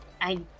I-